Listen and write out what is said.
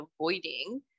avoiding